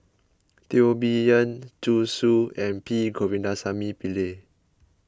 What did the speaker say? Teo Bee Yen Zhu Xu and P Govindasamy Pillai